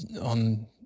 on